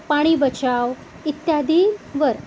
पाणी बचाव इत्यादी वर